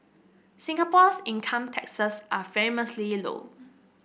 Singapore's income taxes are famously low